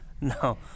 No